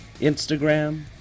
Instagram